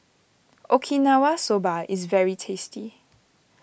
Okinawa Soba is very tasty